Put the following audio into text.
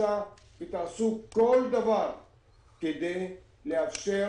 לבקשה ותעשו הכול כדי לאפשר